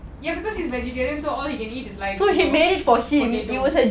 so he made it for him it was a